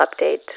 update